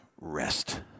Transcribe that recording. rest